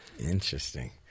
Interesting